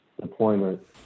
deployment